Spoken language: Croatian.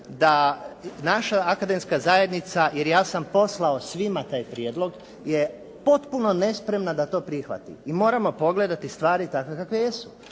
da naša akademska zajednica jer ja sam poslao svima taj prijedlog je potpuno nespremna da to prihvati i moramo pogledati stvari takve kakve jesu.